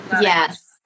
yes